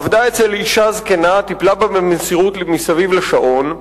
עבדה אצל אשה זקנה, טיפלה בה במסירות מסביב לשעון.